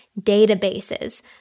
databases